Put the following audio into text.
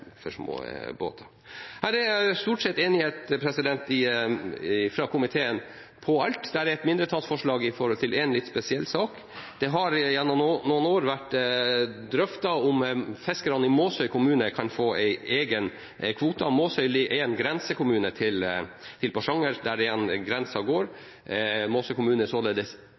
for små båter. Det er stort sett enighet om alt i komiteen. Det er et mindretallsforslag når det gjelder en litt spesiell sak. Det har gjennom noen år vært drøftet om fiskerne i Måsøy kommune kan få en egen kvote. Måsøy er en grensekommune til Porsanger, der grensen går.